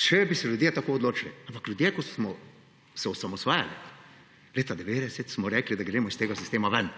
Če bi se ljudje tako odločili. Ampak ko smo se leta 1990 osamosvajali, smo ljudje rekli, da gremo iz tega sistema ven.